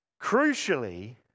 crucially